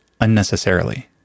unnecessarily